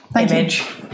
image